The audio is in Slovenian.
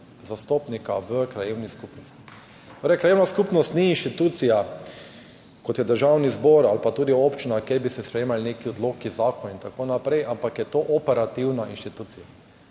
zastopnika v krajevni skupnosti. Krajevna skupnost ni institucija, kot je Državni zbor ali pa tudi občina, kjer bi se sprejemali neki odloki, zakoni in tako naprej, ampak je to operativna inštitucija.